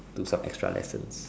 do some extra lessons